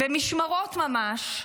במשמרות ממש,